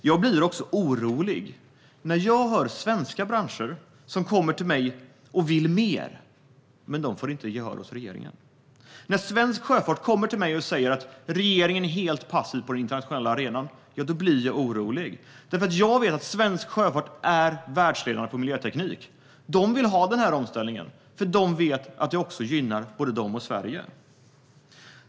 Jag blir också orolig när svenska branscher kommer till mig och vill mer men inte får gehör hos regeringen. När svensk sjöfart kommer till mig och säger att regeringen är helt passiv på den internationella arenan blir jag orolig, därför att jag vet att svensk sjöfart är världsledande på miljöteknik. De vill ha denna omställning, för de vet att det gynnar både dem och Sverige.